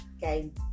game